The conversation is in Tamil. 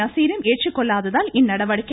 நஸீரும் ஏற்றுக்கொள்ளாததால் இந்நடவடிக்கை